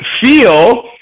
feel